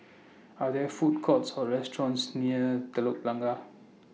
Are There Food Courts Or restaurants near Telok Blangah